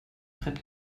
brett